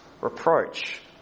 reproach